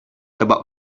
about